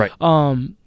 Right